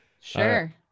Sure